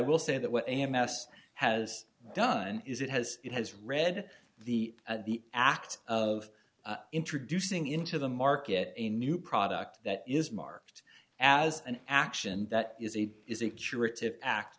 will say that what am house has done is it has it has read the the act of introducing into the market a new product that is marked as an action that is a is a curative act